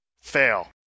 Fail